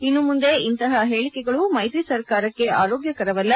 ಇನ್ನು ಮುಂದೆ ಇಂತಹ ಹೇಳಿಕೆಗಳು ಮೈತ್ರಿ ಸರ್ಕಾರಕ್ಕೆ ಆರೋಗ್ಗಕರವಲ್ಲ